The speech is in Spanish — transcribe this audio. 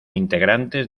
integrantes